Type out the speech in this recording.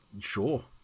sure